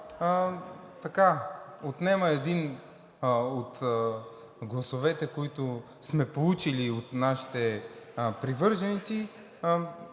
отнема един от гласовете, които сме получили от нашите привърженици.